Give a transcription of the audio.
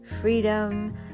freedom